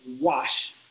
wash